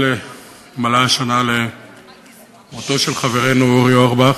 מלאה שנה למותו של חברנו אורי אורבך.